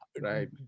right